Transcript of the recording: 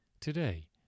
Today